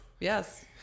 Yes